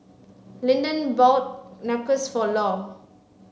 Linden bought Nachos for Lou